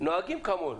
נוהגים כמונו.